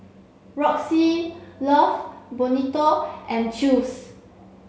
Roxy Love Bonito and Chew's